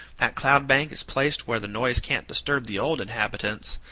that cloud-bank is placed where the noise can't disturb the old inhabitants,